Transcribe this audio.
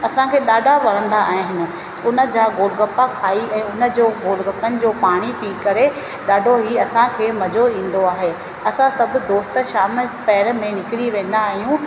असांखे ॾाढा वणंदा आहिनि उन जा गोल गप्पा खाई ऐं उन जो गोल गप्पनि जो पाणी पी करे ॾाढो ई असांखे मज़ो ईंदो आहे असां सभु दोस्त शाम दोपहर में निकिरी वेंदा आहियूं